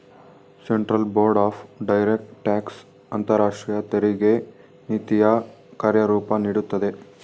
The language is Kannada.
central board of direct tax ಅಂತರಾಷ್ಟ್ರೀಯ ತೆರಿಗೆ ನೀತಿಯ ಕಾರ್ಯರೂಪ ನೀಡುತ್ತದೆ